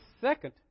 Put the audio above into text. second